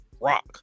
rock